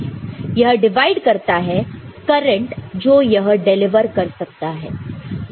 यह डिवाइड करता है करंट जो यह डिलीवर कर सकता है